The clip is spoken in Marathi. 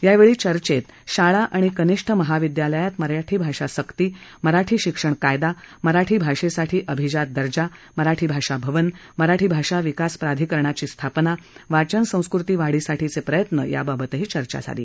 यावेळी चर्चेत शाळा व कनिष्ठ महाविद्यालयात मराठी भाषा सक्ती मराठी शिक्षण कायदा मराठी भाषेसाठी अभिजात दर्जा मराठी भाषा भवन मराठी भाषा विकास प्राधिकरणाची स्थापना वाचनसंस्कृती वाढीसाठीचे प्रयत्न याबाबतही चर्चा झाली